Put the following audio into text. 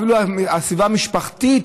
אפילו הסביבה המשפחתית,